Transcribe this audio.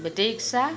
battery rickshaw